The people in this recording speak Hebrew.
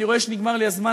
אני רואה שנגמר לי הזמן,